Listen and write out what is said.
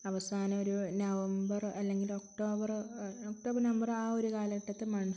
അവസാനമോ ഒരു നവംബറോ അല്ലെങ്കില് ഒക്റ്റോബറോ ഒക്റ്റോബർ നവംബർ ആ ഒരു കാലഘട്ടത്തെ